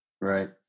Right